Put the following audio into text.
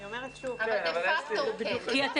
אני אומרת שוב --- אבל דה-פקטו הוא כן.